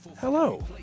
hello